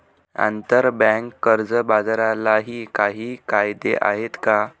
आंतरबँक कर्ज बाजारालाही काही कायदे आहेत का?